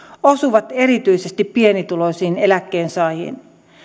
osuvat erityisesti pienituloisiin eläkkeensaajiin